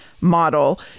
model